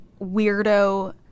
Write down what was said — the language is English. Weirdo